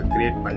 Create